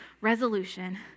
resolution